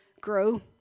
grow